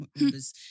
members